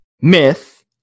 myth